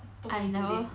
I never